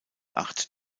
acht